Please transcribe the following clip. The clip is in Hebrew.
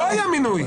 לא היה מינוי.